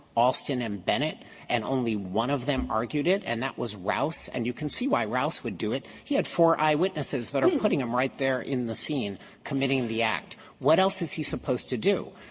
alston and bennett and only one of them argued it and that was rouse. and you can see why rouse would do it. he had four eyewitnesses um putting him right there in the scene committing the act. what else is he supposed to do?